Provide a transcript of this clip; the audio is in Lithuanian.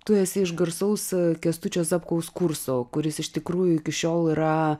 tu esi iš garsaus kęstučio zapkaus kurso kuris iš tikrųjų iki šiol yra